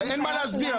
אין מה להסביר,